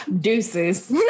Deuces